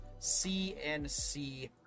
CNC